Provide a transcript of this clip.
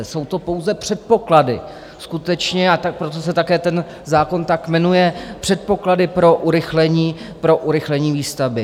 Jsou to pouze předpoklady skutečně, a proto se také ten zákon tak jmenuje, předpoklady pro urychlení výstavby.